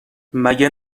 مگه